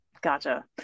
gotcha